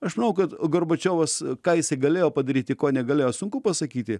aš manau kad gorbačiovas ką jisai galėjo padaryti ko negalėjo sunku pasakyti